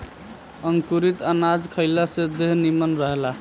अंकुरित अनाज खइला से देह निमन रहेला